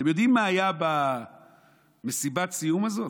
אתם יודעים מה היה במסיבת הסיום הזאת?